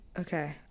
Okay